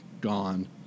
gone